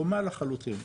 דומה לחלוטין.